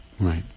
Right